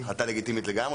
החלטה לגיטימית לגמרי.